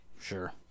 sure